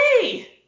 hey